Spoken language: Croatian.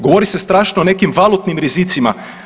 Govori se strašno o nekim valutnim rizicima.